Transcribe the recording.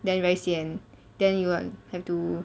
then very sian then you will have to